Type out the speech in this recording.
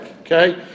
okay